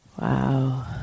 Wow